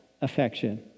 affection